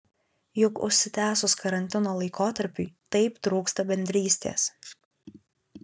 juk užsitęsus karantino laikotarpiui taip trūksta bendrystės